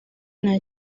nta